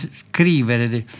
scrivere